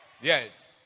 Yes